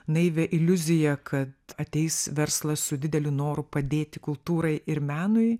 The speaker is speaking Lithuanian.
naivią iliuziją kad ateis verslas su dideliu noru padėti kultūrai ir menui